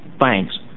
thanks